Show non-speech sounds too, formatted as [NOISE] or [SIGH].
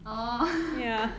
oh [LAUGHS]